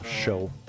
show